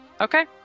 Okay